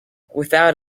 without